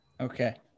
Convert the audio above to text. Okay